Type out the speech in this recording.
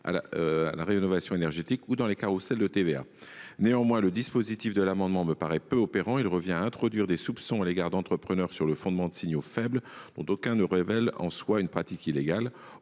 à la rénovation énergétique ou dans des carrousels de TVA. Néanmoins, le dispositif proposé me paraît peu opérant. Il revient à introduire des soupçons à l’égard d’entrepreneurs sur le fondement de signaux faibles, dont aucun ne révèle en lui même une pratique illégale.